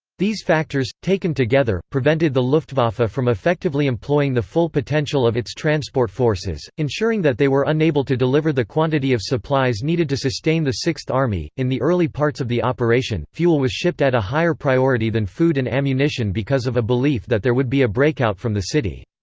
these factors, taken together, prevented the luftwaffe ah from effectively employing the full potential of its transport forces, ensuring that they were unable to deliver the quantity of supplies needed to sustain the sixth army in the early parts of the operation, fuel was shipped at a higher priority than food and ammunition because of a belief that there would be a breakout from the city.